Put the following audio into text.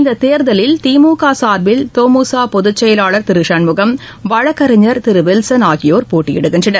இந்த தேர்தலில் திமுக சார்பில் தொமுக பொதுச்செயலாளர் திரு சண்முகம் வழக்கறிஞர் திரு வில்சன் ஆகியோர் போட்டியிடுகின்றனர்